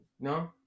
no